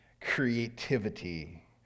creativity